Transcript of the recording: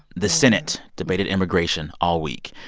the senate debated immigration all week.